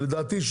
לדעתי,